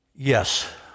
yes